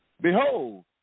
Behold